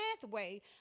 pathway